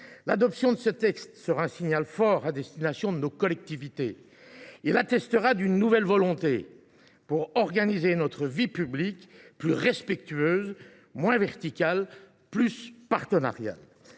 L’adoption de ce texte sera un signal fort à destination de nos collectivités, qui attestera d’une volonté nouvelle d’organiser notre vie publique de manière plus respectueuse, moins verticale et plus partenariale.